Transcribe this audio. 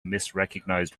misrecognized